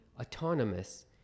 autonomous